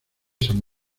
saint